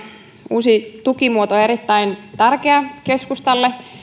uusi tukimuoto on erittäin tärkeä keskustalle se